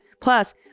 Plus